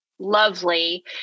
lovely